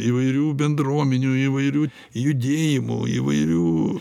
įvairių bendruomenių įvairių judėjimų įvairių